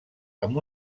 amb